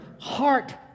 heart